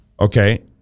Okay